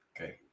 Okay